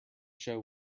show